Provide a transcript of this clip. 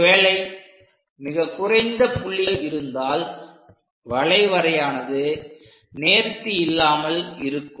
ஒருவேளை மிக குறைந்த புள்ளிகள் இருந்தால் வளைவரையானது நேர்த்தி இல்லாமல் இருக்கும்